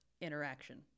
interaction